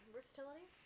Versatility